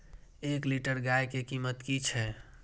एक लीटर गाय के कीमत कि छै?